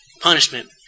punishment